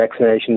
vaccinations